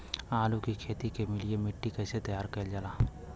आलू की खेती के लिए मिट्टी कैसे तैयार करें जाला?